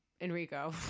Enrico